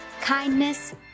kindness